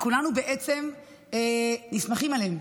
כולנו בעצם נסמכים עליהם.